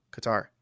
Qatar